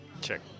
Check